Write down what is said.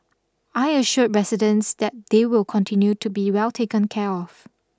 I assured residents that they will continue to be well taken care of